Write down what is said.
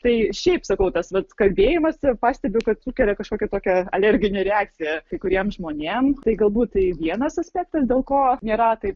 tai šiaip sakau tas vat kalbėjimas ir pastebiu kad sukelia kažkokią tokią alerginę reakciją kai kuriem žmonėm tai galbūt tai vienas aspektas dėl ko nėra taip